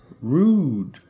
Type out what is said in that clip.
Rude